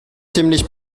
ziemlich